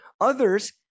Others